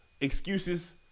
excuses